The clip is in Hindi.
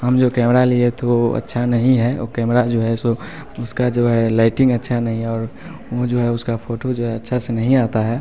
हम जो कैमरा लिए तो वो अच्छा नहीं है वो कैमरा जो है सो उसकी जो है लाइटिंग अच्छी नहीं और मुझे उसका फोटो जो है अच्छा से नहीं आता है